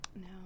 No